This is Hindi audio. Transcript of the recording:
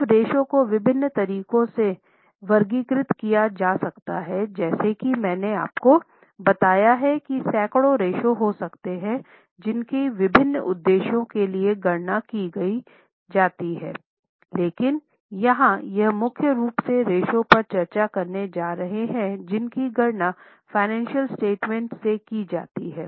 अब रेश्यो को विभिन्न तरीकों से वर्गीकृत किया जा सकता है जैसा कि मैंने आपको बताया कि सैकड़ों रेश्यो हो सकते हैं जिनकी विभिन्न उद्देश्यों के लिए गणना की गई है लेकिन यहां हम मुख्य रूप से रेश्यो पर चर्चा करने जा रहे हैं जिनकी गणना फ़ाइनेंशियल स्टेटमेंट से की जाती है